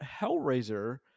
Hellraiser